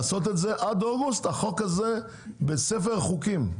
לעשות את זה עד אוגוסט, החוק הזה בספר החוקים,